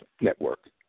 Network